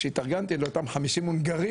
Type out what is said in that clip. כשהתארגנתי לאותם 50 הונגרים,